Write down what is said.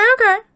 okay